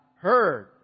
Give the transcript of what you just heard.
heard